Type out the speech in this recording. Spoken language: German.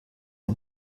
dem